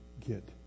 get